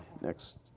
next